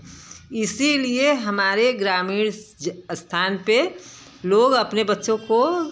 इसीलिए हमारे ग्रामीण ज स्थान पर लोग अपने बच्चों को